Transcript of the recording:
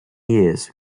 years